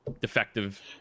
defective